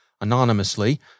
anonymously